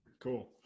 Cool